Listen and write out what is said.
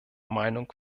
meinung